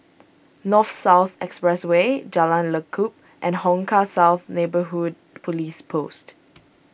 North South Expressway Jalan Lekub and Hong Kah South Neighbourhood Police Post